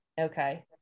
okay